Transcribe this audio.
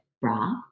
bra